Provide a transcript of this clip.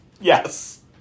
yes